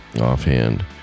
offhand